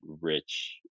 rich